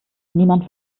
niemand